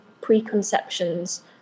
preconceptions